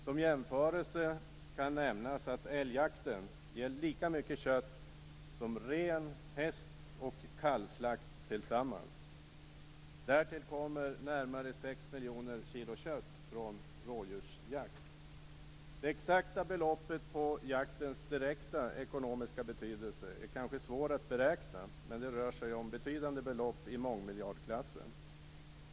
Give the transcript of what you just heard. Som jämförelse kan nämnas att älgjakten ger lika mycket kött som ren-, häst och kalvslakt tillsammans. Därtill kommer närmare 6 miljoner kilo kött från rådjursjakt. Det exakta beloppet för jaktens direkta ekonomiska betydelse är kanske svår att beräkna, men det rör sig om betydande belopp i mångmiljardklassen.